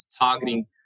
targeting